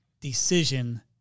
decision